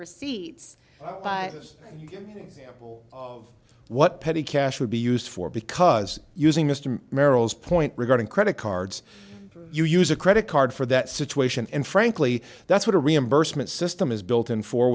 receipts buys of what petty cash would be used for because using mr merrill's point regarding credit cards you use a credit card for that situation and frankly that's what a reimbursement system is built in for